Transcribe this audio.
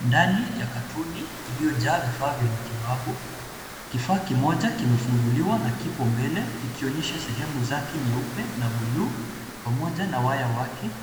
Ndani ya katoni iliyojaa vifaa vya matibabu. Kifaa kimoja kimefunguliwa na kipo mbele, kikionyesha sehemu zake nyeupe na buluu, pamoja na waya wake.